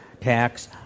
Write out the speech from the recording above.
tax